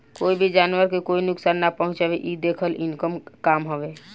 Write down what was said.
कोई भी जानवर के कोई नुकसान ना पहुँचावे इ देखल इनकर काम हवे